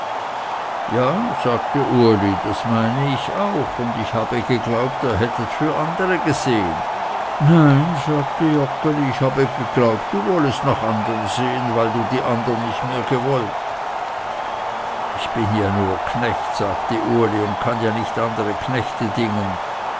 ja sagte uli das meine ich auch und ich habe geglaubt ihr hättet für andere gesehen nein sagte joggeli ich habe geglaubt du wollest nach andern sehen weil du die andern nicht mehr gewollt ich bin ja nur knecht sagte uli und kann ja nicht andere knechte dingen